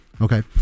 Okay